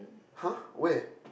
!huh! where